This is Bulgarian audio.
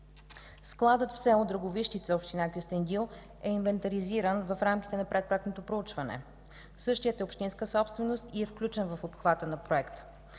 Складът в село Драговищица, община Кюстендил е инвентаризиран в рамките на предпроектното проучване. Същият е общинска собственост и е включен в обхвата на проекта.